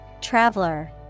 Traveler